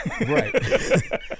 Right